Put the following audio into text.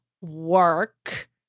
work